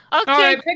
Okay